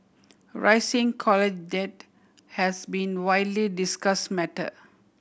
rising college debt has been widely discuss matter